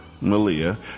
Malia